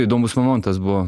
įdomus momentas buvo